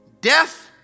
Death